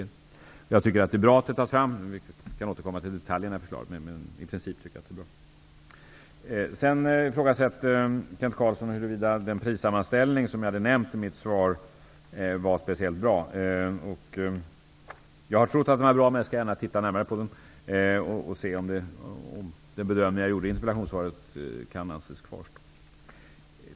Jag tycker i princip att det är bra att förslaget tas fram, men vi kan återkomma till detaljerna. Kent Carlsson ifrågasatte huruvida den prissammanställning som jag nämnde i mitt svar var speciellt bra. Jag har trott att den var bra, men jag skall gärna titta närmare på den och se om den bedömning jag gjorde i interpellationssvaret kan anses kvarstå.